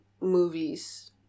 movies